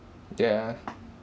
yeah